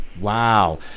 Wow